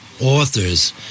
authors